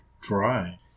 dry